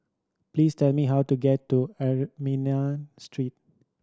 please tell me how to get to Armenian Street